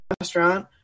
restaurant